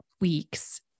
weeks